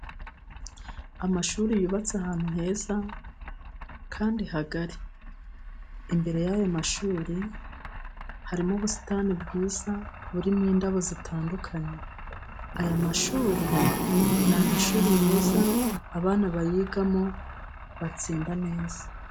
Amashuri yubatse ahantu heza kandi hagari, imbere y'ayo mashuri harimo ubusitani bwiza, burimo indabo zitandukanye. Aya mashuri ni amashuri meza abana bayigamo batsinda neza.